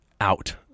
out